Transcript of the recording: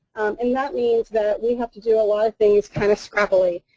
and that means that we have to do a lot of things kind of scrappily.